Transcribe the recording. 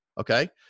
okay